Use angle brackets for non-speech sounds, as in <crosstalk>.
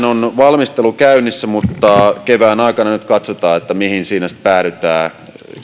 <unintelligible> on valmistelu käynnissä mutta kevään aikana nyt katsotaan mihin siinä sitten päädytään